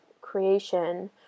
creation